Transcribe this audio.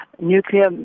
nuclear